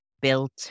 built